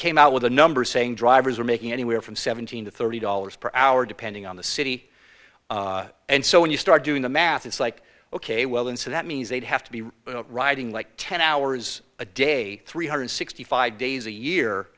came out with a number saying drivers are making anywhere from seventeen to thirty dollars per hour depending on the city and so when you start doing the math it's like ok well and so that means they'd have to be riding like ten hours a day three hundred sixty five days a year